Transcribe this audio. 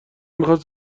میخواست